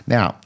Now